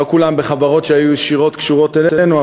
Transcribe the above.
לא כולם בחברות שהיו קשורות ישירות אלינו,